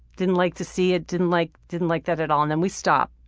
didn't like to see it, didn't like didn't like that at all, and then we stop.